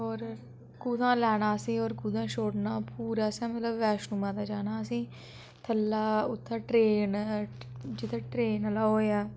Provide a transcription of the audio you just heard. होर कुत्थां लैना असें होर कुत्थै छोड़ना पूरा असें मतलब बैश्णो माता जाना असें थल्ला उत्था ट्रेन जित्थैं ट्रेन आह्ला ओह् ऐ